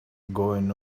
going